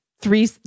Three